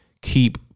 keep